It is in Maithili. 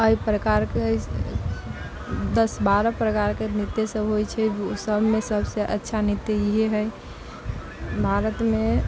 एहि प्रकारके अछि दस बारह प्रकारके नृत्य सभ होइ छै ओ सभमे सभ से अच्छा नृत्य इहै है भारतमे